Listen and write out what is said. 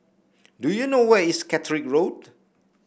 do you know where is Caterick Road